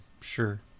Sure